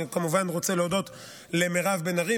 אני כמובן רוצה להודות למירב בן ארי,